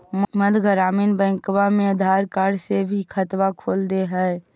मध्य ग्रामीण बैंकवा मे आधार कार्ड से भी खतवा खोल दे है?